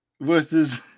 versus